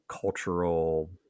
cultural